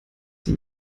sie